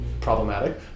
problematic